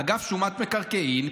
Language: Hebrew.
אגף שומת מקרקעין,